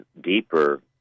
deeper